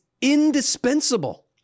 indispensable